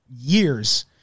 years